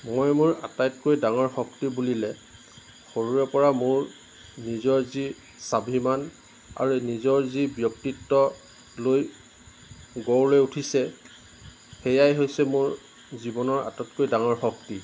মই মোৰ আটাইতকৈ ডাঙৰ শক্তি বুলিলে সৰুৰে পৰা মোৰ নিজৰ যি স্বাভিমান আৰু নিজৰ যি ব্যক্তিত্ব লৈ গঢ় লৈ উঠিছে সেয়াই হৈছে মোৰ জীৱনৰ আটাইতকৈ ডাঙৰ শক্তি